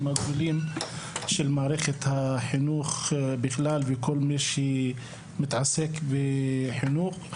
הגדולים של מערכת החינוך בכלל וכל מי שמתעסק בחינוך.